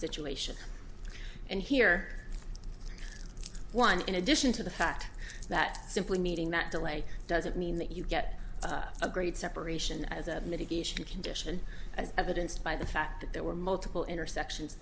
situation and here one in addition to the fact that simply meeting that delay doesn't mean that you get a grade separation as a mitigation condition as evidenced by the fact that there were multiple intersections